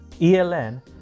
ELN